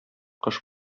кыш